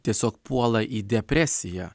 tiesiog puola į depresiją